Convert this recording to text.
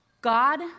God